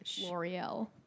L'Oreal